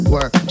Work